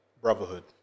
brotherhood